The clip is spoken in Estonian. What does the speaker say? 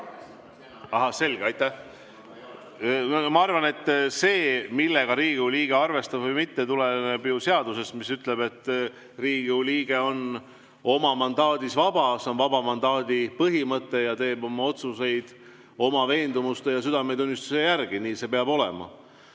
Selge, aitäh! Ma arvan, et see, millega Riigikogu liige arvestab või mitte, tuleneb seadusest, mis ütleb, et Riigikogu liige on oma mandaadis vaba – see on vaba mandaadi põhimõte – ning teeb oma otsuseid oma veendumuste ja südametunnistuse järgi. Nii see peab olema